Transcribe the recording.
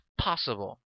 possible